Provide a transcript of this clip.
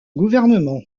gouvernement